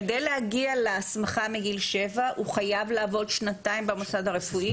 כדי להגיע להסמכה מגיל שבע הוא חייב לעבוד כשנתיים במוסד הרפואי.